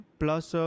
plus